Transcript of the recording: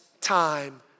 time